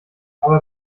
aber